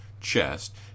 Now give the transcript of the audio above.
chest